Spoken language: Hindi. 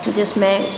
जिसमें